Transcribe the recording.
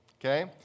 Okay